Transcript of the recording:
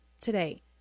today